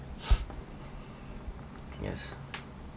yes